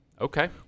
Okay